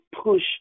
push